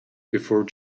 before